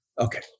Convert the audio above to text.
Okay